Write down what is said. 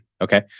Okay